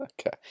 okay